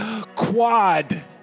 Quad